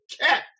cat